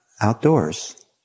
outdoors